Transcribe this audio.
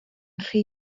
rhy